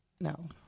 No